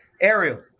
Ariel